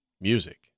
music